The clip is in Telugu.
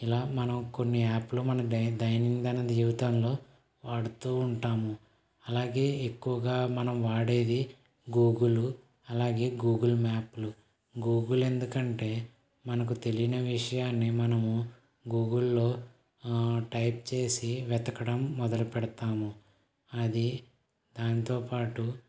ఇలా మనం కొన్ని యాప్లు మనం ధై దైనందిన జీవితంలో వాడుతూ ఉంటాము అలాగే ఎక్కువగా మనం వాడేది గూగులు అలాగే గూగుల్ మ్యాప్లు గూగుల్ ఎందుకంటే మనకు తెలియని విషయాన్ని మనము గూగుల్లో టైప్ చేసి వెతకడం మొదలు పెడతాము అది దాంతోపాటు